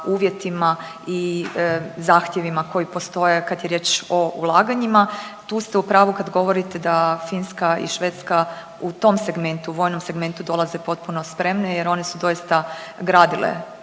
uvjetima i zahtjevima koji postoje kada je riječ o ulaganjima. Tu ste u pravu kada govorite da Finska i Švedska u tom segmentu u vojnom segmentu dolaze potpuno spremne, jer one su doista gradile